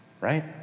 Right